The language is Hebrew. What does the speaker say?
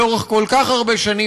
לאורך כל כך הרבה שנים,